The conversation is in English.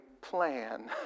plan